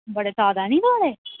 बड़े जैदा नीं होआदे